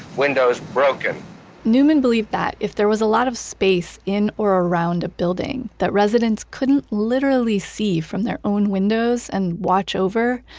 windows broken newman believed that if there was a lot of space in or around a building that residents couldn't literally see from their own windows and watch over,